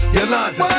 Yolanda